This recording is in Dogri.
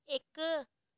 इक